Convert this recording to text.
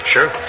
Sure